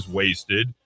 wasted